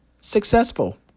successful